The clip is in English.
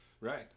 Right